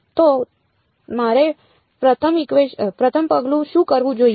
તો મારે પ્રથમ પગલું શું કરવું જોઈએ